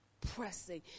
pressing